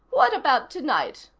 what about tonight?